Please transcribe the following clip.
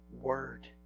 word